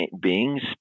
beings